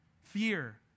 fear